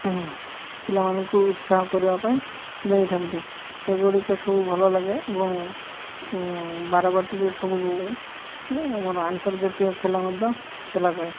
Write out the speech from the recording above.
ପିଲାମାନଙ୍କୁ ଉତ୍ସାହ କରିବା ପାଇଁ ଦେଇଥାନ୍ତି ସେଗୁଡ଼ିକ ସବୁ ଭଲ ଲାଗେ ଏବଂ ବାରବାଟିରେ ସବୁ ଆମର ଆନ୍ତର୍ଜାତୀୟ ଖେଳ ମଧ୍ୟ ଖେଳାଯାଏ